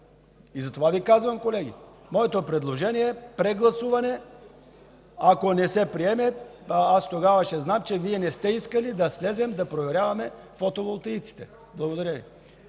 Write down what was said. Затова Ви казвам, колеги, моето предложение е: прегласуване, ако не се приеме, тогава аз ще знам, че Вие не сте искали да слезем и да проверяваме фотоволтаиците. Благодаря Ви.